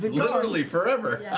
literally forever.